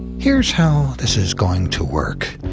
here's how this is going to work.